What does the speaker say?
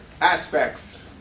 aspects